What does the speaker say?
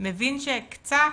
מבין ש'קצת'